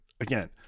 again